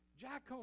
Jack